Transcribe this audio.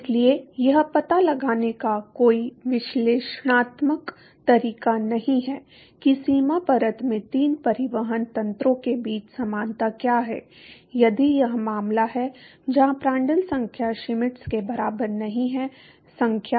इसलिए यह पता लगाने का कोई विश्लेषणात्मक तरीका नहीं है कि सीमा परत में तीन परिवहन तंत्रों के बीच समानता क्या है यदि यह मामला है जहां प्रांड्ल संख्या श्मिट के बराबर नहीं है संख्या